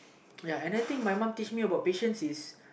ya another thing my mum teach me about patience is